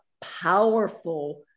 powerful